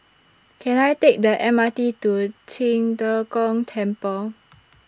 Can I Take The M R T to Qing De Gong Temple